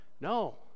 No